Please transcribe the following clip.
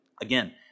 Again